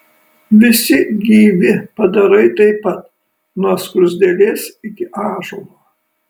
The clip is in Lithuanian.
visi gyvi padarai taip pat nuo skruzdėlės iki ąžuolo